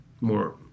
more